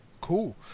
Cool